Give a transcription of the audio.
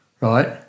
right